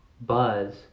Buzz